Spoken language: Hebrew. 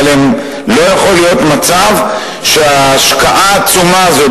אבל לא יכול להיות מצב שההשקעה העצומה הזאת